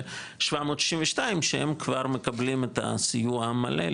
ה-15,762 שהם כבר מקבלים את הסיוע המלא,